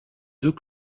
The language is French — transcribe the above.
deux